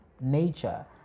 nature